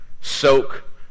soak